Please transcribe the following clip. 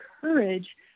courage